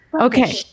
okay